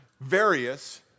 various